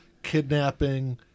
Kidnapping